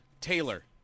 Taylor